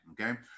okay